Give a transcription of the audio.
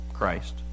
Christ